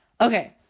Okay